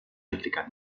aplicat